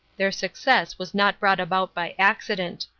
their success was not brought about by accident.